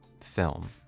film